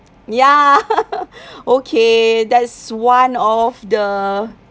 ya okay that's one of the